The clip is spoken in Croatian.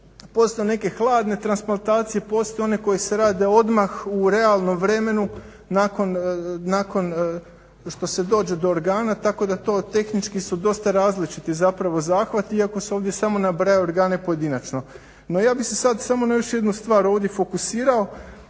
postoje neke hladne transplantacije, postoje one koje se rade odmah u realnom vremenu nakon što se dođe do organa tako da to tehnički su dosta različiti zapravo zahvati iako se ovdje samo nabraja organe pojedinačno. No ja bih se samo još na jednu stvar ovdje fokusirao